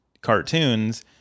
cartoons